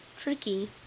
Tricky